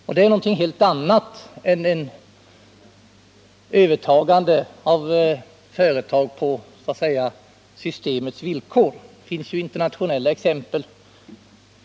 Och det är någonting helt annat än ett övertagande av företaget så att säga på systemets villkor. Det finns internationella exempel här.